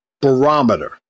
Barometer